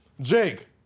Jake